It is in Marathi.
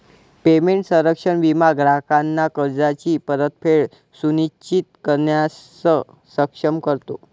पेमेंट संरक्षण विमा ग्राहकांना कर्जाची परतफेड सुनिश्चित करण्यास सक्षम करतो